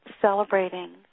celebrating